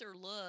look